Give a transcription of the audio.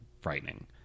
frightening